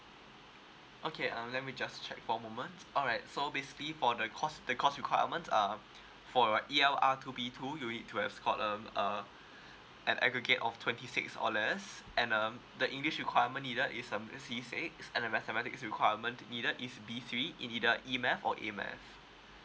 okay um let me just check for a moment alright so basically for the course the course requirements uh for your E_L_R two B two you need to at least scored um uh an aggregate of twenty six or less and um the english requirement neither is um is C six and mathematics requirements is neither B three it either E math or A math